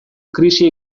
krisi